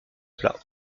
plat